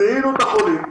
זיהינו את החולים,